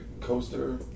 coaster